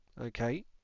okay